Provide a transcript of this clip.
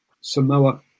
Samoa